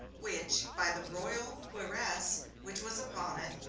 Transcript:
which, by the royal cuirass which was upon it,